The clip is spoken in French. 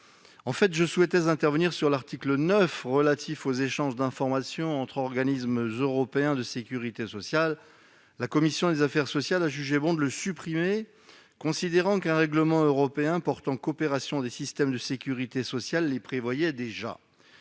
En fait, je souhaitais intervenir sur l'article 9 relatif aux échanges d'informations entre organismes européens de sécurité sociale. La commission des affaires sociales a jugé bon de le supprimer, considérant qu'un règlement européen portant coopération des systèmes de sécurité sociale les prévoyait déjà.